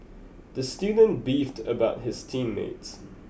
the student beefed about his team mates